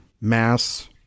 Mass